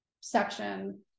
section